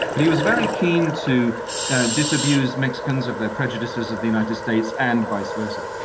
but he was very keen to disabuse mexicans of their prejudices of the united states and vice versa.